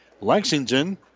Lexington